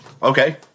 Okay